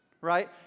right